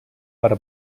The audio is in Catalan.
per